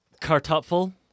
Kartoffel